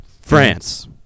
France